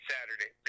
Saturday